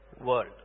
world